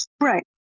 Right